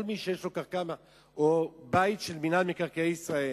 כל מי שיש לו קרקע או בית של מינהל מקרקעי ישראל,